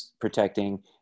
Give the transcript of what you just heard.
protecting